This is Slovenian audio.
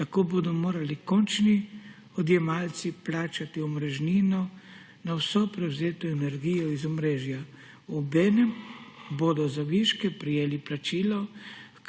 Tako bodo morali končni odjemalci plačati omrežnino na vso prevzeto energijo iz omrežja. Obenem bodo za viške prejeli plačilo,